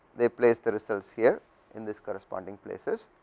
they place the results here in this corresponding places,